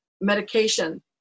medication